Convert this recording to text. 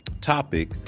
topic